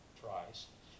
tries